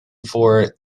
for